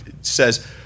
says